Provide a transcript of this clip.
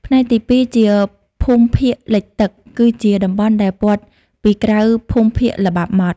ផ្នែកទី២ ជាភូមិភាគលិចទឹក គឺជាតំបន់ដែលព័ទ្ធពីក្រៅភូមិភាគល្បាប់ម៉ត់។